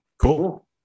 cool